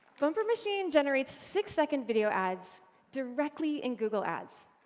bumper machine generates six-second video ads directly in google ads,